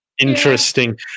Interesting